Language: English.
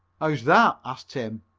how's that? asked tim.